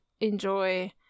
enjoy